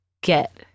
get